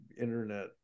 internet